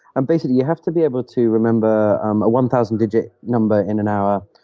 um basically you have to be able to remember um a one thousand digit number in an hour,